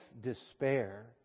despair